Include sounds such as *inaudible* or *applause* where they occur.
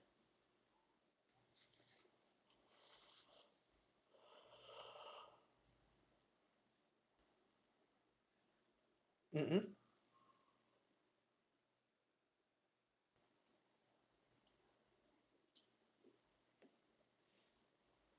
*noise* mmhmm